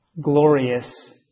glorious